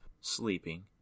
sleeping